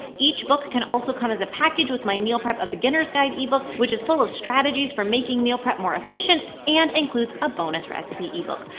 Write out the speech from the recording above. each book can also come as a package with my meal prep a beginner's guide ebook, which is full of strategies for making meal prep more efficient and includes a bonus recipe ebook.